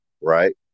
right